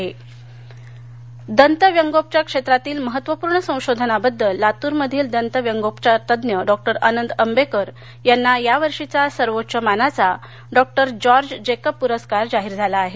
पुरस्कार दंतव्यंगोपचार क्षेत्रातील महत्त्वपूर्ण संशोधनाबद्दल लातूरमधील दंतव्यंगोपचार तज्ज्ञ डॉ आनंद अंबेकर यांनाया वर्षीचा सर्वोच्च मानाचा डॉ जाॅर्ज जेकब पुरस्कार जाहीर झाला आहे